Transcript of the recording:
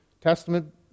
Testament